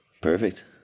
perfect